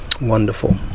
wonderful